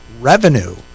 revenue